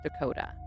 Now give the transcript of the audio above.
Dakota